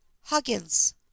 Huggins